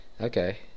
Okay